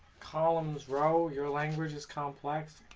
columns? row? your language is complex.